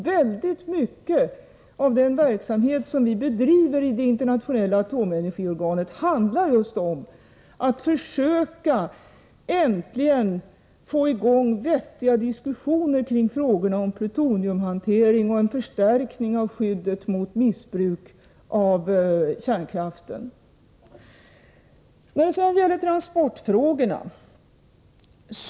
Väldigt mycket av den verksamhet som vi bedriver i det internationella atomenergiorganet handlar just om att försöka att äntligen få i gång vettiga diskussioner kring frågorna om plutoniumhantering och en förstärkning av skyddet mot missbruk av kärnkraften. Låt mig sedan beröra transportfrågorna.